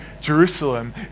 Jerusalem